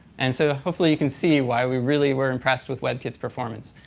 and so hopefully you can see why we really were impressed with webkit's performance.